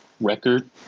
record